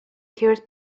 cures